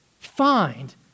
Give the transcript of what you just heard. find